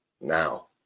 now